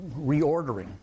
reordering